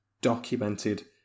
documented